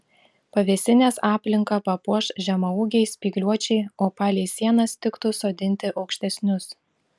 pavėsinės aplinką papuoš žemaūgiai spygliuočiai o palei sienas tiktų sodinti aukštesnius